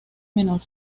menor